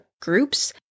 groups